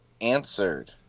answered